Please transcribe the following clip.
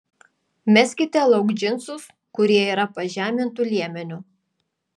meskite lauk džinsus kurie yra pažemintu liemeniu